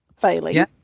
failing